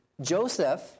Joseph